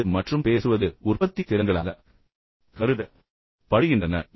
இப்போது மறுபுறம் எழுதுவது மற்றும் பேசுவது அவை உற்பத்தி திறன்களாக கருதப்படுகின்றன